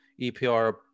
EPR